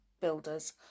builders